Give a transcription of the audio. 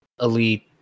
elite